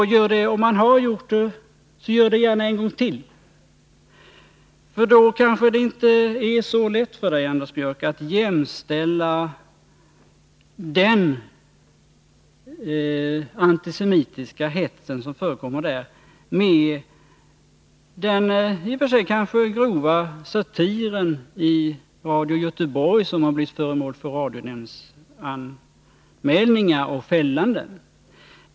Om han redan har gjort det, vill jag uppmana honom att göra det en gång till. Då kanske han finner att det inte är riktigt att jämställa den antisemitiska hetsen i det programmet med den i och för sig grova satiren i Radio Göteborg, som har blivit föremål för anmälan till radionämnden och fällts i domstol.